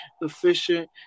efficient